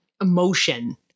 emotion